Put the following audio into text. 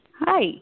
Hi